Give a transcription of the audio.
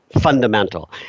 fundamental